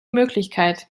möglichkeit